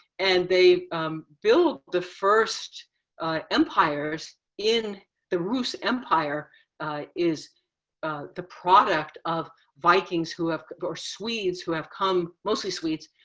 and they built the first empires in the russ empire is the product of vikings who have or swedes who have come, mostly swedes,